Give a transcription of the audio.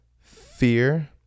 fear